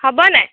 হ'ব নাই